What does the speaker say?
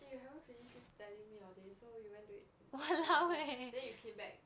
eh you haven't finished telling me your day so you went then you came back